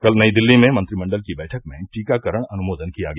कल नई दिल्ली में मंत्रिमंडल की बैठक में टीकाकरण अनुमोदन किया गया